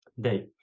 Day